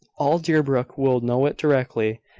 all deerbrook will know it directly,